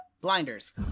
blinders